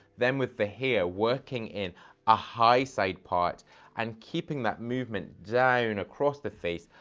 then with the hair, working in a high side part and keeping that movement down across the face,